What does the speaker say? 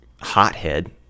hothead